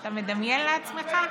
אתה מדמיין לעצמך?